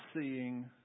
seeing